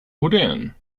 modern